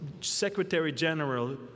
Secretary-General